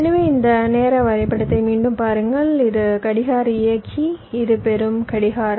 எனவே இந்த நேர வரைபடத்தை மீண்டும் பாருங்கள் இது கடிகார இயக்கி இது பெறும் கடிகாரம்